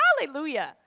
Hallelujah